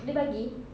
dia bagi